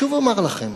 שוב אומר לכם,